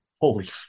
Holy